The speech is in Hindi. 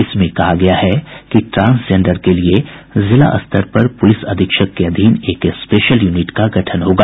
इसमें कहा गया है कि ट्रांसजेंडर के लिए जिला स्तर पर पुलिस अधीक्षक के अधीन एक स्पेशल यूनिट का गठन होगा